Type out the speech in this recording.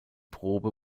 probe